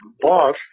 boss